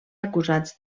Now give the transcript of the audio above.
acusats